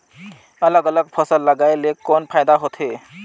अलग अलग फसल लगाय ले कौन फायदा होथे?